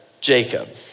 Jacob